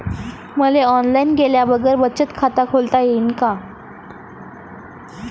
मले ऑनलाईन गेल्या बगर बँकेत खात खोलता येईन का?